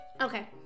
Okay